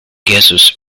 gaseous